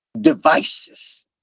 devices